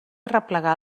arreplegar